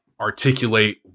articulate